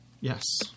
Yes